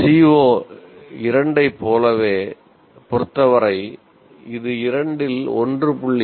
CO 2 ஐப் பொறுத்தவரை இது 2 இல் 1